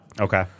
Okay